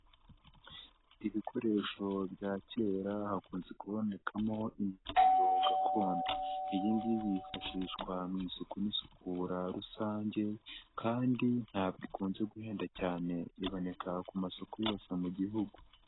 Ibikoresho bya kera hakunze kubonekamo imyeyo gakondo, iyi ngiyi yifashishwa mu isuku n'isukura rusange kandi ntabwo ikunze guhenda cyane iboneka ku masoko yose mu gihugu.